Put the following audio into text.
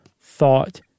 thought